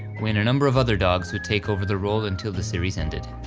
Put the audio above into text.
when a number of other dogs would take over the role until the series ended.